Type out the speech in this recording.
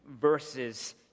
verses